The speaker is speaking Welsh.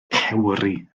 cewri